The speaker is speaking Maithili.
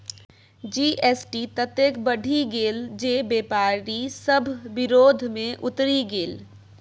जी.एस.टी ततेक बढ़ि गेल जे बेपारी सभ विरोध मे उतरि गेल